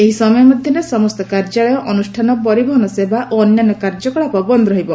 ଏହି ସମୟ ମଧ୍ୟରେ ସମସ୍ତ କାର୍ଯ୍ୟାଳୟ ଅନୁଷ୍ଠାନ ପରିବହନ ସେବା ଓ ଅନ୍ୟାନ୍ୟ କାର୍ଯ୍ୟକଳାପ ବନ୍ଦ ରହିବ